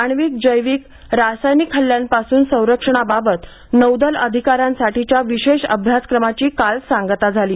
आण्विक जैविक रासायनिक हल्ल्यांपासून संरक्षणाबाबत नौदल अधिका यांसाठीच्या विशेष अभ्यासक्रमाची काल सांगता झाली